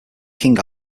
king